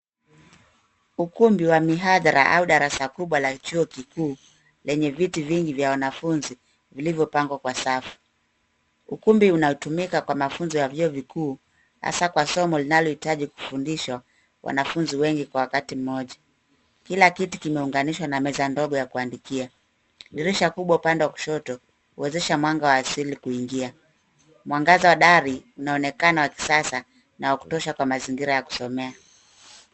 Ukumbi wa mihadhara au darasa kubwa la chuo kikuu lenye viti vingi vya wanafunzi vilivyopangwa kwa safu. Ukumbi unaotumika Kwa mafunzo ya viuo vikuu hasa Kwa somo lilnalohitaji kufundishwa wanafunzi Kwa wakati mmoja. Kila kiti kimeunganishwa na meza ndogo ya kuandikia. Dirisha kubwa upande wa kushoto, huwezesha mwanga wa asili kuingia. Mwangaza wa dari unaonekana wa kisasa na wa kutosha kwa mazingira ya kusomea.